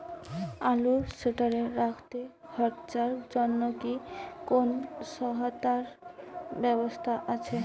আলু স্টোরে রাখতে খরচার জন্যকি কোন সহায়তার ব্যবস্থা আছে?